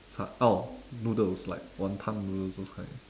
sa~ oh noodles like wanton noodles those kind